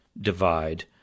divide